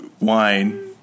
wine